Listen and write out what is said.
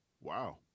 wow